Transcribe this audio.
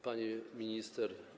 Pani Minister!